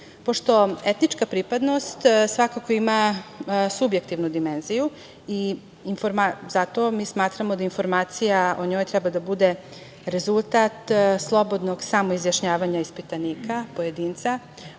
tome. Pošto etička pripadnost svakako ima subjektivnu dimenziju i zato smatramo da informacija o njoj treba da bude rezultat slobodnog samoizjašnjavanja ispitanika, pojedinca.